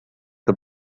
the